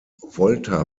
volta